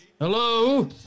Hello